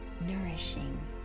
nourishing